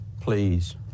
Please